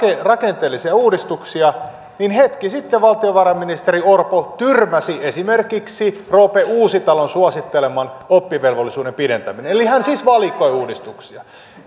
rakenteellisia uudistuksia niin hetki sitten valtiovarainministeri orpo tyrmäsi esimerkiksi roope uusitalon suositteleman oppivelvollisuuden pidentämisen eli hän siis valikoi uudistuksia